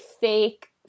fake